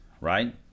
right